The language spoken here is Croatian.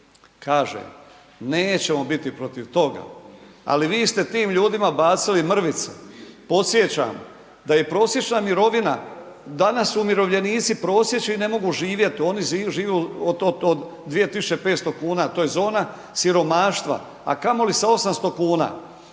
Kažem, nećemo biti protiv toga, ali vi ste tim ljudima bacili mrvice. Podsjećam da je prosječna mirovina, danas umirovljenici prosječni ne mogu živjet, oni žive od, od, od 2.500,00 kn, to je zona siromaštva, a kamoli sa 800,00 kn.